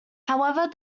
however